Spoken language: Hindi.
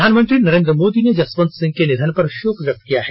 प्रधानमंत्री नरेन्द्र मोदी ने जसवंत सिंह के निधन पर शोक व्यक्त किया है